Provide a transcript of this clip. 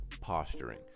posturing